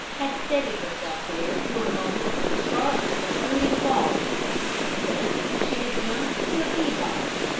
had steadied herself there for a moment with sharp, protruding claws thence she had jumped to a feed-box,